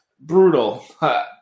Brutal